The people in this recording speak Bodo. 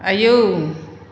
आयौ